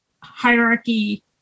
hierarchy